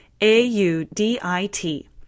A-U-D-I-T